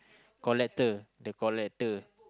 collector the collector